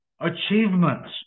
achievements